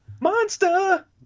Monster